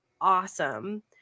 awesome